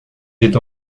est